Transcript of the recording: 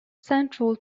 central